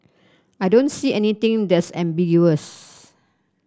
I don't see anything that's ambiguous